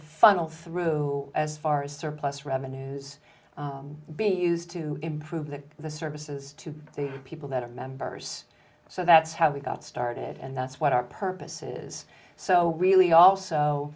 funnel through as far as surplus revenues being used to improve that the services to the people that are members so that's how we got started and that's what our purpose is so really also